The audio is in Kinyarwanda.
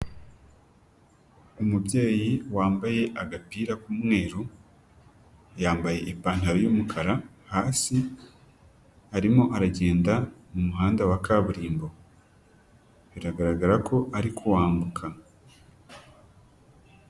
Umubyeyi wambaye agapira k'umweru yambaye ipantaro y'umukara hasi arimo aragenda mu muhanda wa kaburimbo biragaragara ko ari kuwambuka.